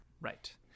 right